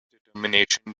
determination